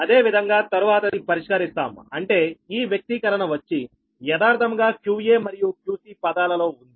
అదేవిధంగా తరువాతది పరిష్కరిస్తాం అంటే ఈ వ్యక్తీకరణ వచ్చి యథార్థముగా qa మరియు qcపదాలలో ఉంది